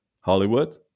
Hollywood